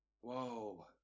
Whoa